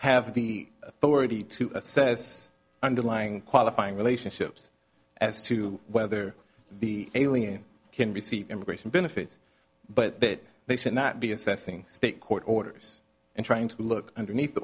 have the authority to assess underlying qualifying relationships as to whether the alien can receive immigration benefits but that they should not be assessing state court orders and trying to look underneath the